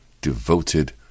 devoted